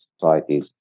societies